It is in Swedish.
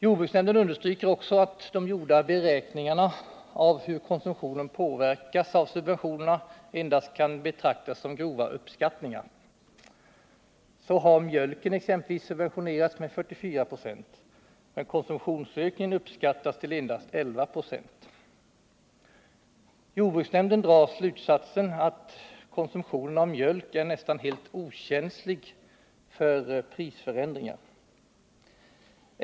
Jordbruksnämnden understryker också att de gjorda beräkningarna av hur konsumtionen påverkas av subventionerna endast kan betraktas som grova uppskattningar. Så har mjölken exempelvis subventionerats med 44 96, men konsumtionsökningen uppskattas till endast 11 96. Jordbruksnämnden drar slutsatsen att konsumtionen av mjölk är nästan helt okänslig för prisförändringar.